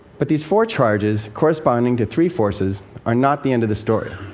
but these four charges corresponding to three forces are not the end of the story.